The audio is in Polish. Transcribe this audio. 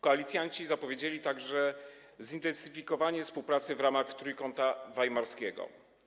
Koalicjanci zapowiedzieli także zintensyfikowanie współpracy w ramach Trójkąta Weimarskiego.